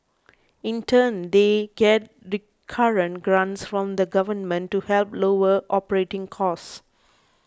in turn they get recurrent grants from the Government to help lower operating costs